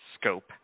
scope